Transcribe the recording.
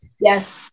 Yes